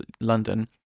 London